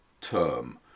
term